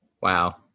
Wow